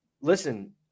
listen